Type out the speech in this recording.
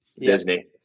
Disney